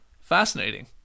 Fascinating